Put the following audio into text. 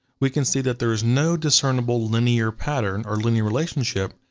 we can see that there is no discernible linear pattern, or linear relationship,